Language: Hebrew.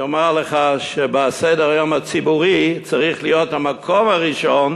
אומר לך שעל סדר-היום הציבורי צריך להיות במקום הראשון